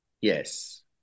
Yes